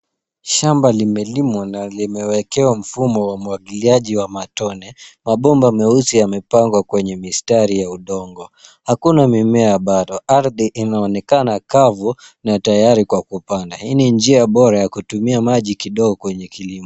Shamba limelimwa na limewekewa mfumo wa umwagiliaji wa matone. Mabomba meusi yamepangwa kwenye mistari ya udongo. Hakuna mimea bado. Ardhi inaonekana kavu na tayari kwa kupanda. Hii ni njia bora ya kutumia maji kidogo kwenye kilimo.